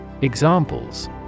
Examples